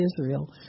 Israel